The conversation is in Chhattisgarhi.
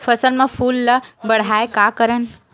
फसल म फूल ल बढ़ाय का करन?